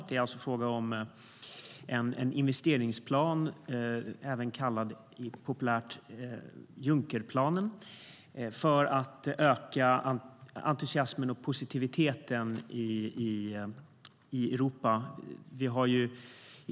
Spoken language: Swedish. Det är alltså fråga om en investeringsplan, populärt kallad Junckerplanen, för att öka entusiasmen och positiviteten i Europa.